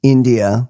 India